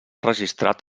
registrat